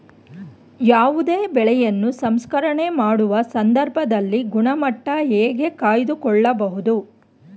ಯಾವುದೇ ಬೆಳೆಯನ್ನು ಸಂಸ್ಕರಣೆ ಮಾಡುವ ಸಂದರ್ಭದಲ್ಲಿ ಗುಣಮಟ್ಟ ಹೇಗೆ ಕಾಯ್ದು ಕೊಳ್ಳಬಹುದು?